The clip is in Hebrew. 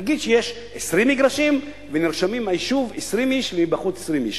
נגיד שיש 20 מגרשים ונרשמים מהיישוב 20 איש ומבחוץ 20 איש.